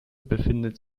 befindet